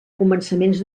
començaments